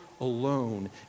alone